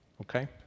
okay